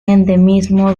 endemismo